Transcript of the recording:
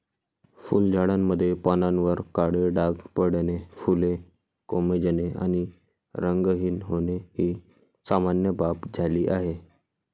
फुलझाडांमध्ये पानांवर काळे डाग पडणे, फुले कोमेजणे आणि रंगहीन होणे ही सामान्य बाब झाली आहे